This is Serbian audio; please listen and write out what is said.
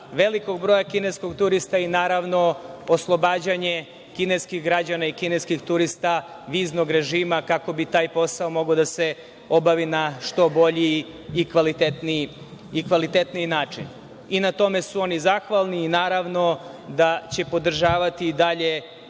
velikog broja kineskih turista i naravno oslobađanje kineskih građana i kineskih turista viznog režima kako bi taj posao mogao da se obavi na što bolji i kvalitetniji način. I na tome su oni zahvalni, i naravno, da će podržavati i dalje